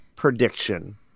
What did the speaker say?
Prediction